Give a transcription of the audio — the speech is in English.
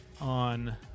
on